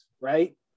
right